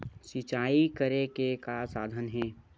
सिंचाई करे के का साधन हे?